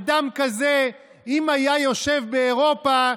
אדם כזה, אם היה יושב באירופה,